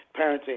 parenting